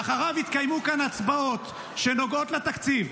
ואחריו התקיימו כאן הצבעות שנוגעות לתקציב.